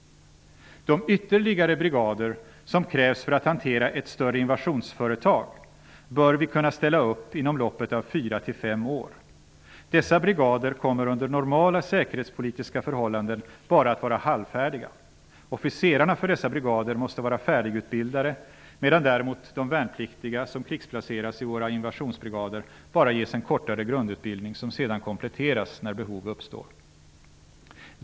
De ytterligare brigader som krävs för att hantera ett större invasionsföretag bör vi kunna ställa upp inom loppet av fyra till fem år. Dessa brigader kommer under normala säkerhetspolitiska förhållanden bara att vara halvfärdiga. Officerarna för dessa brigader måste vara färdigutbildade medan däremot de värnpliktiga som krigsplaceras i våra invasionsbrigader bara ges en kortare grundutbildning som sedan kompletteras när behov uppstår.